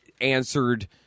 answered